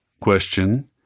Question